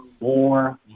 more